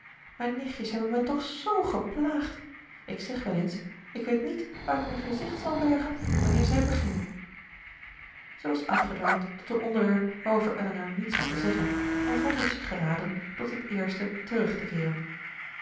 mijn nichtjes hebben me toch z geplaagd ik zeg wel eens ik weet niet waar ik mijn gezicht zal bergen wanneer zij beginnen zij was afgedwaald tot een onderwerp waarover elinor niets had te zeggen en vond het dus geraden tot het eerste terug te keeren